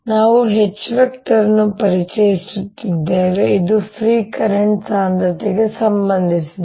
ನಾವು H ಅನ್ನು ಪರಿಚಯಿಸುತ್ತಿದ್ದೇವೆ ಇದು ಫ್ರೀ ಕರೆಂಟ್ ಸಾಂದ್ರತೆಗೆ ಸಂಬಂಧಿಸಿದೆ